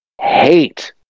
hate